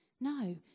No